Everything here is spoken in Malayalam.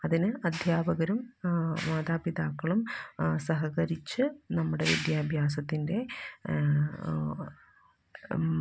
അതിന് അധ്യാപകരും മാതാപിതാക്കളും സഹകരിച്ച് നമ്മുടെ വിദ്യാഭ്യാസത്തിന്റെ